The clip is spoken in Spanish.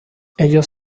ellos